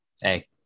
Hey